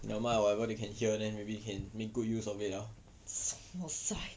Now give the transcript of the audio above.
never mind whatever they can hear then maybe they can make good use of it ah